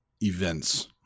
events